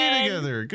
together